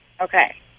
Okay